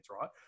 right